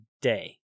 day